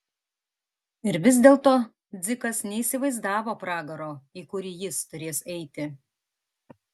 ir vis dėlto dzikas neįsivaizdavo pragaro į kurį jis turės eiti